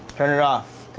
turn it off.